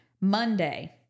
Monday